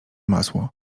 masło